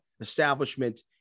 establishment